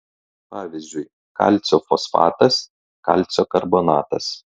pavyzdžiui kalcio fosfatas kalcio karbonatas